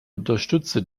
unterstütze